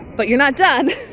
but you're not done.